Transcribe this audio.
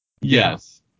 Yes